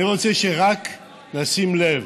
אני רוצה שרק נשים לב: